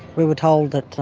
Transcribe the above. we were told that